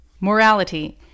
Morality